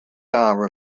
hour